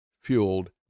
fueled